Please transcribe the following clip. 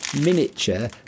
miniature